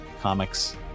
comics